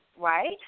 right